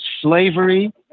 slavery